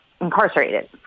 incarcerated